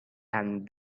and